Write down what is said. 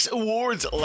awards